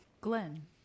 Glenn